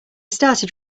started